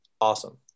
Awesome